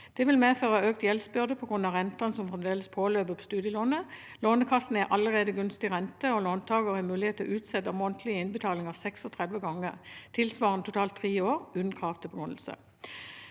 Det vil medføre økt gjeldsbyrde på grunn av rentene som fremdeles påløper studielånet. Lånekassen har allerede gunstig rente, og låntaker har mulighet til å utsette månedlige innbetalinger 36 ganger, tilsvarende totalt 3 år, uten krav til begrunnelse.